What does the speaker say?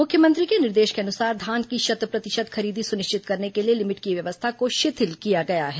मुख्यमंत्री के निर्देश के अनुसार धान की शत प्रतिशत खरीदी सुनिश्चित करने के लिए लिमिट की व्यवस्था को शिथिल किया गया है